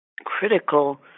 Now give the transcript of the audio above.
critical